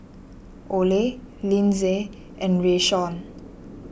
Ole Linzy and Rayshawn